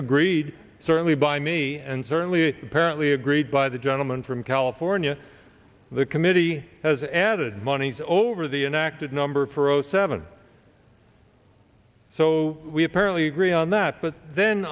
agreed certainly by me and certainly apparently agreed by the gentleman from california the committee has added moneys over the enacted number for zero seven so we apparently agree on that but then